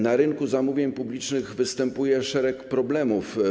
Na rynku zamówień publicznych występuje szereg problemów.